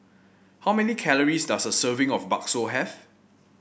how many calories does a serving of bakso have